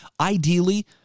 Ideally